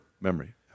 memory